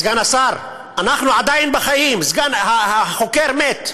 סגן השר, אנחנו עדיין חיים, החוקר מת.